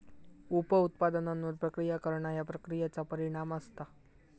उप उत्पादनांवर प्रक्रिया करणा ह्या प्रक्रियेचा परिणाम असता